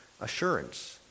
Assurance